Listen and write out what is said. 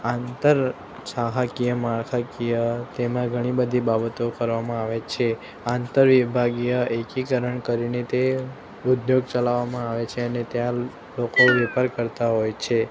આંતર સાહકીય માળખાકીય તેમજ ઘણી બધી બાબતો કરવામાં આવે છે આંતર વિભાગીય એકીકરણ કરીને તે ઉદ્યોગ ચલાવવામાં આવે છે અને ત્યાં લોકો વેપાર કરતા હોય છે